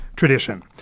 tradition